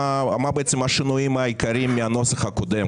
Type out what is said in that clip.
מה בעצם השינויים העיקריים מהנוסח הקודם?